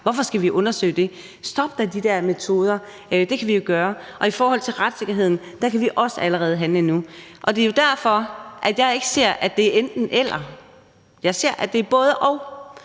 Hvorfor skal vi undersøge det? Stop med at bruge de der metoder. Det kan vi jo gøre. I forhold til det med retssikkerhed: Der kan vi også allerede handle nu. Det er derfor, at jeg ikke ser det som et enten-eller. Jeg ser det som et både-og.